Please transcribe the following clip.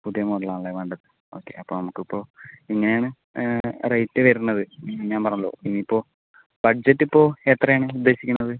പുതിയ മോഡൽ ആണല്ലേ വേണ്ടത് ഓക്കേ അപ്പം നമുക്കിപ്പോൾ ഇങ്ങനെയാണ് റേറ്റ് വരുന്നത് ഞാൻ പറഞ്ഞാല്ലോ ഇനിയിപ്പോൾ ബഡ്ജറ്റിപ്പോൾ എത്രയാണ് ഉദേശിക്കുന്നത്